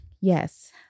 yes